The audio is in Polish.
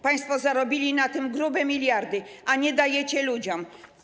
Państwo zarobili na tym grube miliardy, a nie dajecie ludziom.